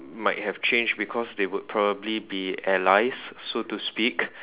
might have changed because they would probably be allies so to speak